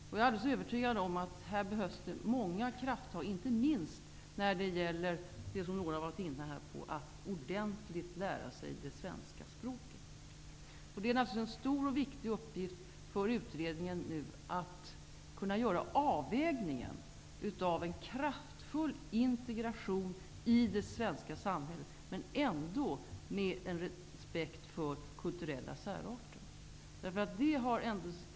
Jag är alldeles övertygad om att det i detta sammanhang behövs många krafttag, inte minst när det gäller det som någon har varit inne på, nämligen att lära sig det svenska språket ordentligt. Det är naturligtvis en stor och viktig uppgift för utredningen att nu kunna göra avvägningen mellan en kraftfull integration i det svenska samhället och respekten för kulturella särarter.